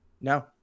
No